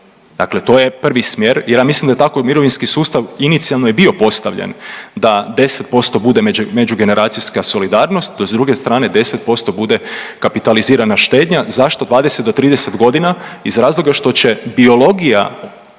Dakle, to je prvi smjer jer ja mislim da je tako mirovinski sustav inicijalno i bio postavljen da 10% bude međugeneracijska solidarnost dok s druge strane 10% bude kapitalizirana štednja. Zašto 20 do 30 godina? Iz razloga što će biologija